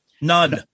None